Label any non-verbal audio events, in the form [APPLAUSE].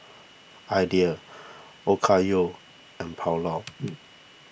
Ideal Okayu and Pulao [NOISE]